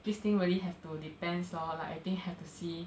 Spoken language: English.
this thing really have to depends lor like I think have to see